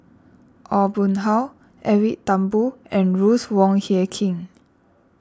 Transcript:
Aw Boon Haw Edwin Thumboo and Ruth Wong Hie King